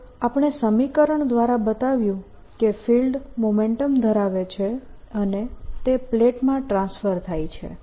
તો આપણે સમીકરણ દ્વારા બતાવ્યું કે ફિલ્ડ મોમેન્ટમ ધરાવે છે અને તે પ્લેટોમાં ટ્રાન્સફર થાય છે